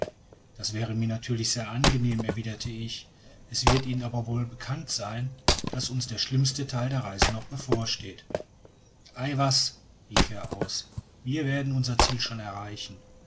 das wäre mir natürlich sehr angenehm erwiderte ich es wird ihnen aber wohl bekannt sein daß uns der schlimmste theil der reise noch bevorsteht ei was rief er aus wir werden unser ziel schon erreichen